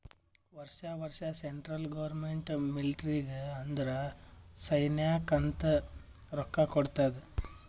ವರ್ಷಾ ವರ್ಷಾ central government ಮಿಲ್ಟ್ರಿಗ್ ಅಂದುರ್ ಸೈನ್ಯಾಕ್ ಅಂತ್ ರೊಕ್ಕಾ ಕೊಡ್ತಾದ್